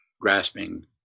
grasping